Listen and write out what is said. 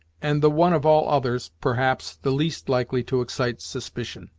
and the one of all others, perhaps, the least likely to excite suspicion.